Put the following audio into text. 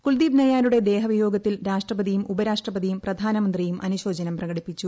കുൽദീപ് നയ്യാരുടെ ദേഹവിയോഗത്തിൽ രാഷ്ട്രപതിയും ഉപരാഷ്ട്രപതിയും പ്രധാനമന്ത്രിയും അനുശോചനം പ്രകടിപ്പിച്ചു